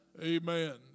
Amen